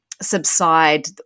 subside